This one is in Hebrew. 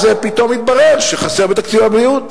אז פתאום מתברר שחסר בתקציב הבריאות,